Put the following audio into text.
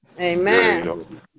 Amen